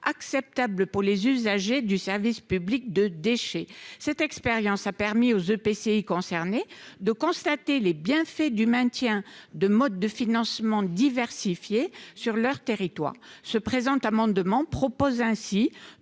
acceptables pour les usagers du service public des déchets. Cette expérience a permis aux EPCI concernés de constater les bienfaits du maintien de modes de financement diversifiés sur leur territoire. Le présent amendement a donc